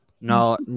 No